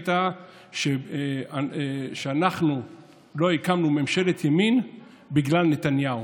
הייתה שאנחנו לא הקמנו ממשלת ימין בגלל נתניהו.